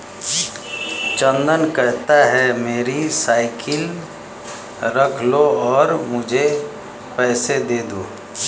चंदन कहता है, मेरी साइकिल रख लो और मुझे पैसे दे दो